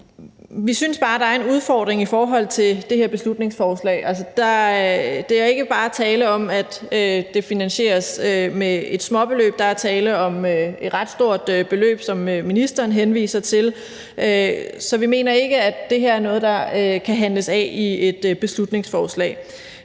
Vi synes bare, der er en udfordring i forhold til det her beslutningsforslag. Altså, der er ikke bare tale om, at det finansieres med småbeløb. Der er tale om et ret stort beløb, som ministeren henviser til, så vi mener ikke, at det her er noget, der kan handles af med et beslutningsforslag.